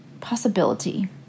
possibility